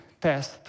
test